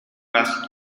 ask